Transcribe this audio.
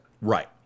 Right